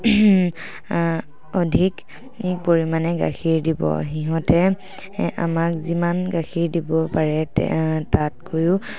অধিক পৰিমাণে গাখীৰ দিব সিহঁতে আমাক যিমান গাখীৰ দিব পাৰে তাতকৈও